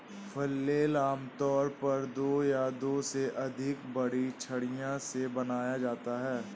flail आमतौर पर दो या दो से अधिक बड़ी छड़ियों से बनाया जाता है